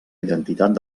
identitat